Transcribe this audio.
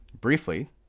briefly